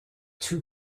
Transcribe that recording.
two